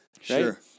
Sure